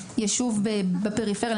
ביישוב בפריפריה,